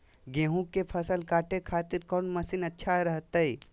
गेहूं के फसल काटे खातिर कौन मसीन अच्छा रहतय?